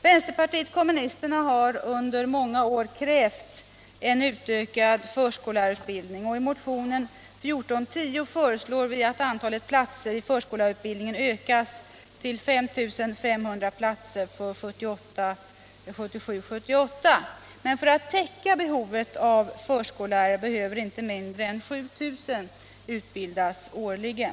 Vänsterpartiet kommunisterna har under många år krävt en utökad förskollärarutbildning, och i motionen 1410 föreslår vi att antalet platser vid förskollärarutbildningen ökas till 5 500 platser 1977/78. Men för att täcka behovet av förskollärare behöver inte mindre än 7000 utbildas årligen.